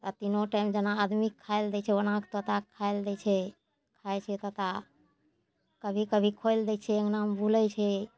आओर तीनो टाइम जेना आदमी खाइ ले दै छै ओहिनाके तोताके खाइ ले दै छै खाइ छै तोता कभी कभी खोलि दै छै अङ्गनामे बुलै छै